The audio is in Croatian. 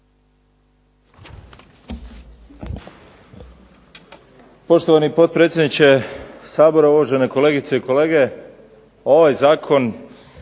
Hvala vam